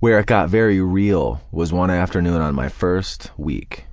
where it got very real was one afternoon on my first week,